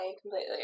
completely